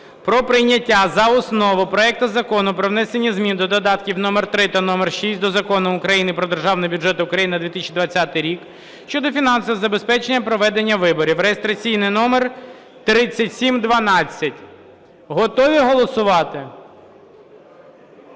про прийняття за основу проекту Закону про внесення змін до додатків № 3 та № 6 до Закону України "Про Державний бюджет України на 2020 рік" щодо фінансового забезпечення проведення виборів (реєстраційний номер 3712). Готові голосувати? Всі готові голосувати?